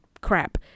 crap